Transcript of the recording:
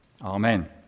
Amen